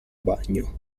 bagno